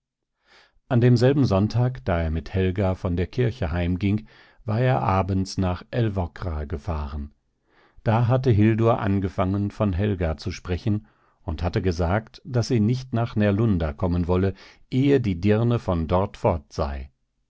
an demselben sonntag da er mit helga von der kirche heimging war er abends nach älvkra gefahren da hatte hildur angefangen von helga zu sprechen und hatte gesagt daß sie nicht nach närlunda kommen wolle ehe die dirne von dort fort sei